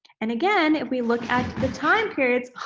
and again, if we look at the time periods